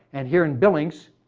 and here in billings,